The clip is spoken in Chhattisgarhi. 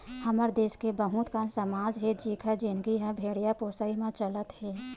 हमर देस के बहुत कन समाज हे जिखर जिनगी ह भेड़िया पोसई म चलत हे